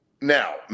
Now